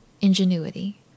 ingenuity